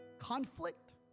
conflict